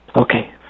Okay